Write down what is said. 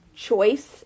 choice